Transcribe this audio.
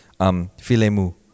filemu